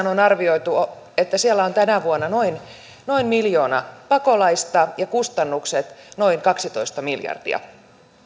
on esimerkiksi arvioitu että saksassa on tänä vuonna noin noin miljoona pakolaista ja kustannukset ovat noin kaksitoista miljardia